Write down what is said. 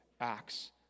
acts